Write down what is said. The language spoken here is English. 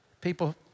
People